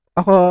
ako